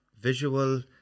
Visual